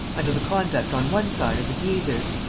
under the conduct on one side of the guises,